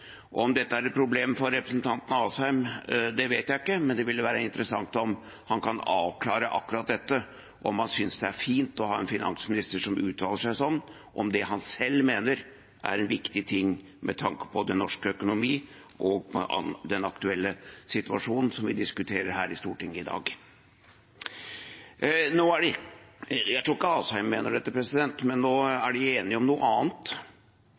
Om dette er et problem for representanten Asheim, vet jeg ikke, men det ville være interessant om han kunne avklare akkurat dette – om han synes det er fint å ha en finansminister som uttaler seg slik om det han selv mener er viktig med tanke på både norsk økonomi og den aktuelle situasjonen vi diskuterer her i Stortinget i dag. Jeg tror ikke Asheim mener dette, men nå er de enige om noe annet: